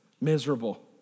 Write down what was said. Miserable